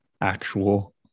actual